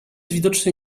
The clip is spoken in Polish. widocznie